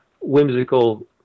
whimsical